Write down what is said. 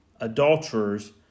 adulterers